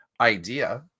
idea